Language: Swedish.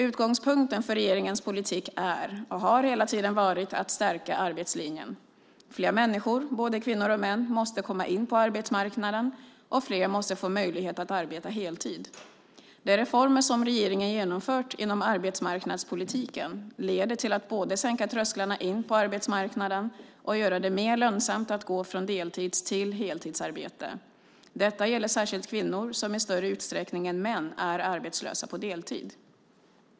Utgångspunkten för regeringens politik är, och har hela tiden varit, att stärka arbetslinjen. Fler människor - både kvinnor och män - måste komma in på arbetsmarknaden, och fler måste få möjlighet att arbeta heltid. De reformer som regeringen genomfört inom arbetsmarknadspolitiken leder till att både sänka trösklarna in på arbetsmarknaden och göra det mer lönsamt att gå från deltids till heltidsarbete. Detta gäller särskilt kvinnor, som i större utsträckning än män är arbetslösa på deltid.